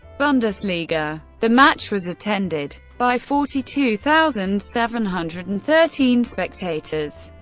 bundesliga. the match was attended by forty two thousand seven hundred and thirteen spectators.